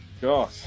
God